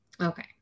Okay